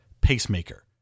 pacemaker